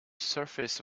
surface